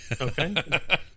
Okay